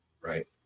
right